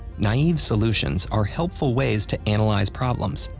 naive solutions are helpful ways to analyze problems,